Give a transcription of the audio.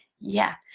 yeah.